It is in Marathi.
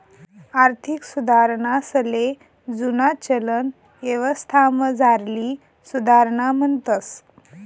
आर्थिक सुधारणासले जुना चलन यवस्थामझारली सुधारणा म्हणतंस